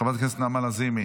חברת הכנסת נעמה לזימי,